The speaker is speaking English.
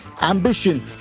ambition